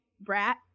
brat